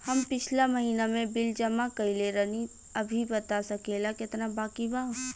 हम पिछला महीना में बिल जमा कइले रनि अभी बता सकेला केतना बाकि बा?